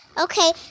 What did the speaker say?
Okay